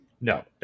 No